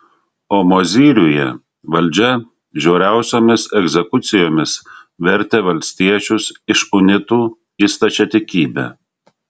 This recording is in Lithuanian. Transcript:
o mozyriuje valdžia žiauriausiomis egzekucijomis vertė valstiečius iš unitų į stačiatikybę